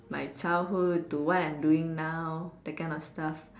my childhood to what I'm doing now that kind of stuffs